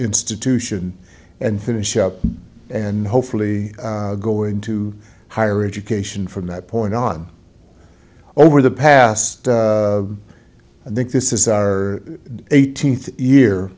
institution and finish up and hopefully go into higher education from that point on over the past and think this is our eighteenth year